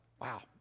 Wow